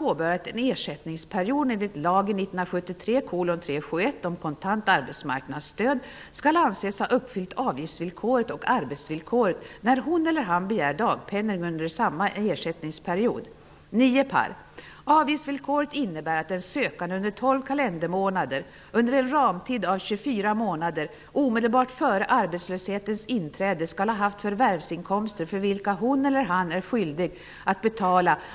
För detta talar inte bara önskvärdheten ev enhetliga regler inom de båda systemen. ALF:s arbetsvillkor framstår dessutom som mera rättvist eftersom det grundar sig på den totala mängd arbete som utförts under en angiven tid och inte på hur det utförda arbetet fördelat sig i tiden. Som framgått har jag i väsentliga avseenden andra uppfattningar än regeringen om hur den